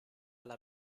alla